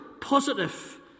positive